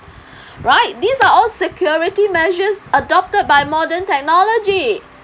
right these are all security measures adopted by modern technology